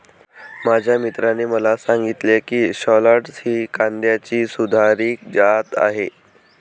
माझ्या मित्राने मला सांगितले की शालॉट्स ही कांद्याची सुधारित जात आहे